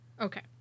Okay